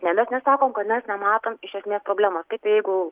nes mes nesakom kad mes nematom iš esmės problemos kaip jeigu